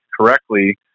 correctly